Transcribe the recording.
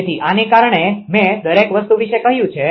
તેથી આને કારણે મેં દરેક વસ્તુ વિશે કહ્યું છે